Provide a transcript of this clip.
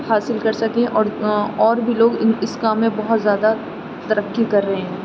حاصل کر سکیں اور اور بھی لوگ اس کام میں بہت زیادہ ترقی کر رہے ہیں